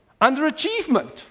Underachievement